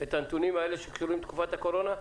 האלה שקשורים לתקופת הקורונה?